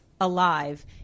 alive